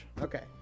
Okay